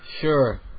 sure